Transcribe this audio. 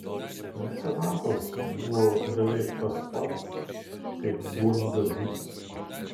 mecenatas buvo beveik tas pat kaip duondavys